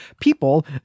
people